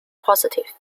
positive